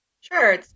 Sure